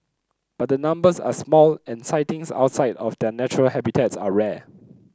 but the numbers are small and sightings outside of their natural habitats are rare